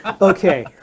okay